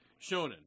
shonen